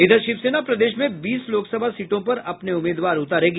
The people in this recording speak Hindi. इधर शिवसेना प्रदेश में बीस लोकसभा सीटों पर अपने उम्मीदवार उतारेगी